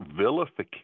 vilification